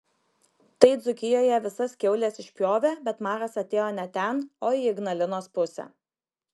tai dzūkijoje visas kiaules išpjovė bet maras atėjo ne ten o į ignalinos pusę